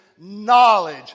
knowledge